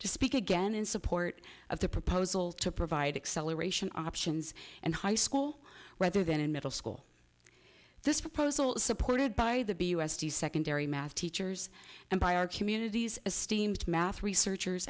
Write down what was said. to speak again in support of the proposal to provide acceleration options and high school rather than in middle school this proposal is supported by the b u s d secondary math teachers and by our communities esteemed math researchers